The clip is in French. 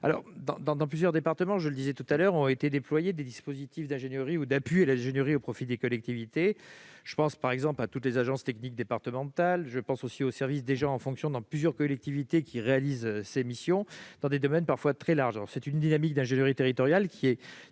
locale. Dans plusieurs départements, je le disais, ont été déployés des dispositifs d'ingénierie ou d'appui à l'ingénierie au profit des collectivités ; je pense par exemple à toutes les agences techniques départementales, mais aussi aux services, déjà en fonction dans plusieurs collectivités, qui réalisent ces missions dans des domaines parfois très larges. Cette dynamique d'ingénierie territoriale